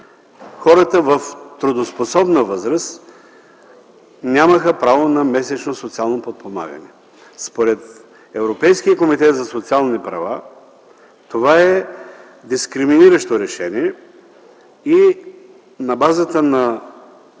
хората в трудоспособна възраст нямаха право на месечно социално подпомагане. Според Европейския комитет за социални права това е дискриминиращо решение. На базата на